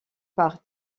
par